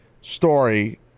story